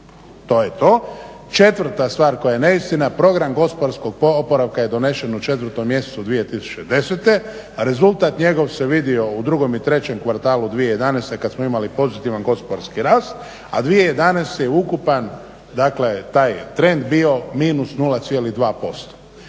To je to. 4.stvar koja je neistina program gospodarskog oporavka je donesen u 4.mjesecu 2010., rezultat njegov se vidio u 2.i 3.kvartalu 2011.kada smo imali pozitivan gospodarski rast, a 2011.je ukupan taj trend bio minus 0,2%.